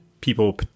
people